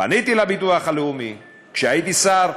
פניתי לביטוח הלאומי כשהייתי שר,